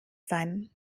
sein